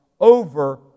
over